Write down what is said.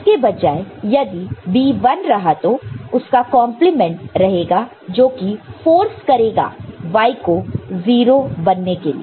उसके बजाय यदि B 1 रहा तो उसका कंपलीमेंट 0 रहेगा जो कि फोर्स करेगा Y को 0 बनने के लिए